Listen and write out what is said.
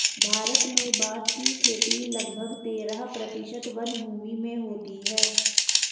भारत में बाँस की खेती लगभग तेरह प्रतिशत वनभूमि में होती है